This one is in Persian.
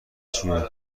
چیه